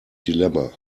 dilemma